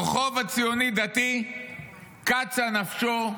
הרחוב הציוני-דתי קצה נפשו,